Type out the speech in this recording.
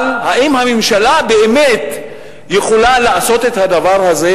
אבל האם הממשלה באמת יכולה לעשות את הדבר הזה?